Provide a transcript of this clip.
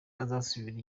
asubira